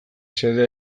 xedea